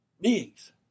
beings